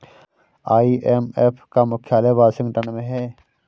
IMF का मुख्यालय Washington में है